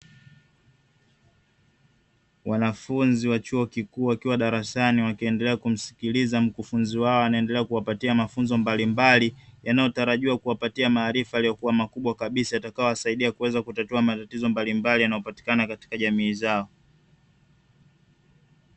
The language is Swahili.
Wanafunzi wa chuo kikuu wakiwa darasani wakiendelea kumsikiliza mkufunzi wao, anayeendelea kuwapatia mafunzo mbalimbali, yanayotarajiwa kuwapatia maarifa yaliyokuwa makubwa kabisa, yatakayoweza kuwasaidia kutatua matatizo mbalimbali yanayopatikana katika jamii zao.